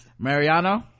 mariano